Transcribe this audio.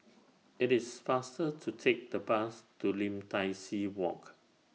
IT IS faster to Take The Bus to Lim Tai See Walk